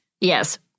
Yes